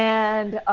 and